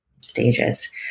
stages